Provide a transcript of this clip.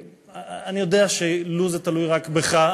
אני יודע שלו זה תלוי רק בך,